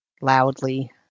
loudly